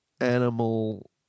animal